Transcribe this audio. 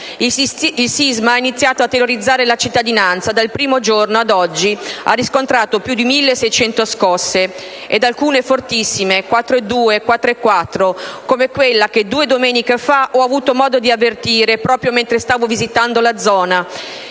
Il sisma che ha iniziato a terrorizzare la cittadinanza dal primo giorno ad oggi ha fatto riscontrare più di 1.600 scosse, ed alcune fortissime (da 4.2 e 4.4), come quella che due domeniche fa ho avuto modo di avvertire proprio mentre stavo visitando la zona.